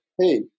hey